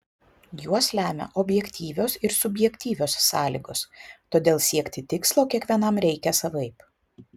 juos lemia objektyvios ir subjektyvios sąlygos todėl siekti tikslo kiekvienam reikia savaip